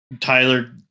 Tyler